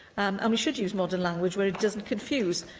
and we should use modern language where it doesn't confuse.